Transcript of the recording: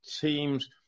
teams